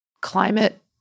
climate